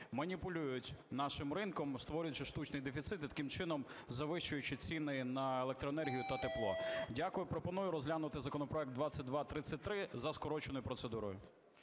маніпулюють нашим ринком, створюючи штучний дефіцит, і таким чином завищуючи ціни на електроенергію та тепло. Дякую. Пропоную розглянути законопроект 2233 за скороченою процедурою.